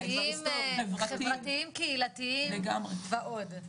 חברתיים, קהילתיים ועוד.